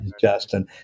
Justin